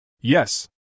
Yes